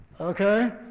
Okay